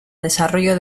desarrollo